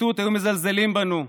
בפרקליטות היו מזלזלים בנו,